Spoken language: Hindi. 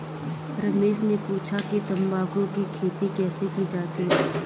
रमेश ने पूछा कि तंबाकू की खेती कैसे की जाती है?